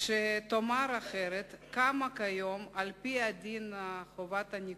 שתאמר אחרת, קמה כיום על-פי הדין חובת הניכוי.